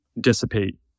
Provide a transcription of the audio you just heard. dissipate